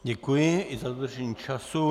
Děkuji i za dodržení času.